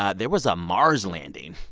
ah there was a mars landing.